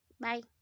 bye